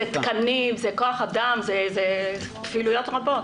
תקנים, כוח אדם, אלה כפילויות רבות.